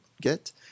get